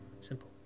Simple